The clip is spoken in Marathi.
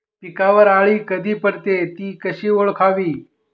पिकावर अळी कधी पडते, ति कशी ओळखावी?